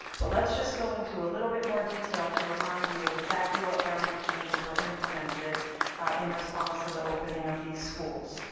but let's just go into a little bit more detail to remind you of exactly what boundary changes were implemented in response to the opening of these schools.